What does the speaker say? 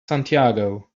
santiago